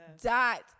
Dot